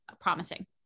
promising